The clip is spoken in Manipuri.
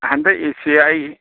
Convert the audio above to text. ꯍꯟꯗꯛ ꯏꯗꯁꯦ ꯑꯩ